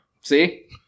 See